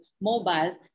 mobiles